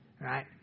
right